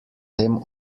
tem